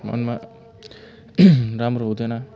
मनमा राम्रो हुँदैन